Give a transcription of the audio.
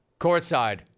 courtside